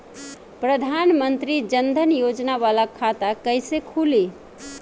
प्रधान मंत्री जन धन योजना वाला खाता कईसे खुली?